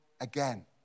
again